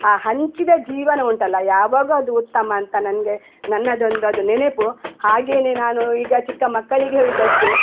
ಆ ಹಂಚಿದ ಜೀವನ ಉಂಟಲ್ಲ ಯಾವಾಗ ಅದು ಉತ್ತಮ ಅಂತ ನನಗೆ ನನ್ನದೊಂದು ಅದು ನೆನೆಪು ಹಾಗೆಯೇ ನಾನೂ ಈಗ ಚಿಕ್ಕ ಮಕ್ಕಳಿಗೆ ಹೇಳುವುದಷ್ಟೆ